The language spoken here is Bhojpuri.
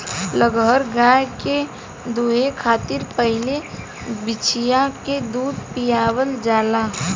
लगहर गाय के दूहे खातिर पहिले बछिया के दूध पियावल जाला